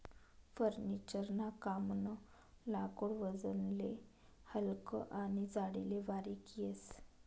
furniture ना कामनं लाकूड वजनले हलकं आनी जाडीले बारीक येस